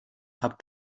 have